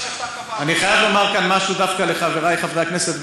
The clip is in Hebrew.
אני חייב לומר כאן משהו לחברי חברי הכנסת,